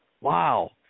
Wow